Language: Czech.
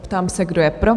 Ptám se, kdo je pro?